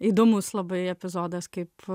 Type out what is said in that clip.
įdomus labai epizodas kaip